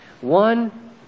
One